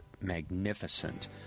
magnificent